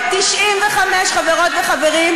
מה יהיה, ב-1995, חברות וחברים,